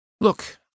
Look